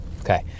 Okay